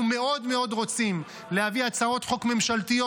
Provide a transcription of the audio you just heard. אנחנו מאוד מאוד רוצים להביא הצעות חוק ממשלתיות,